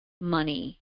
money